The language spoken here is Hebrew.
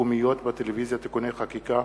מקומיות בטלוויזיה (תיקוני חקיקה)